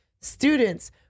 students